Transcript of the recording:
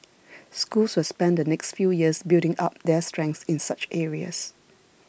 schools will spend the next few years building up their strengths in such areas